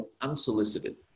unsolicited